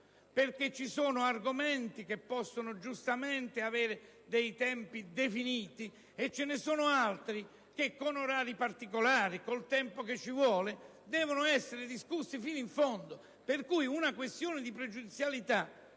perché ci sono argomenti che possono giustamente avere dei tempi definiti e ve ne sono altri che, con orari particolari, col tempo che ci vuole, devono essere discussi fino in fondo. Una questione pregiudiziale